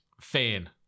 fan